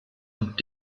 und